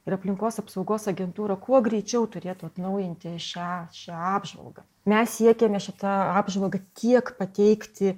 ir aplinkos apsaugos agentūra kuo greičiau turėtų atnaujinti šią šią apžvalgą mes siekiame šita apžvalga tiek pateikti